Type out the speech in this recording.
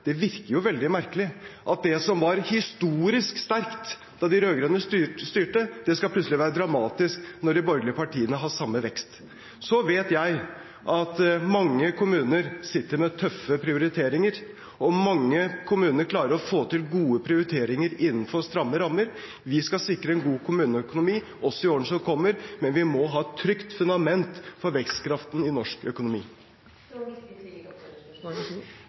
Det virker jo veldig merkelig at det som var historisk sterkt da de rød-grønne styrte, plutselig skal være dramatisk når de borgerlige partiene har samme vekst. Så vet jeg at mange kommuner sitter med tøffe prioriteringer, og mange kommuner klarer å få til gode prioriteringer innenfor stramme rammer. Vi skal sikre en god kommuneøkonomi også i årene som kommer, men vi må ha et trygt fundament for vekstkraften i norsk økonomi. Det